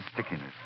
stickiness